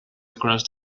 across